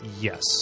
Yes